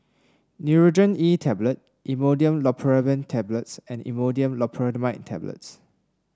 Nurogen E Tablet Imodium Loperamide Tablets and Imodium Loperamide Tablets